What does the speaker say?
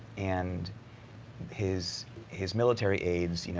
and his his military aids,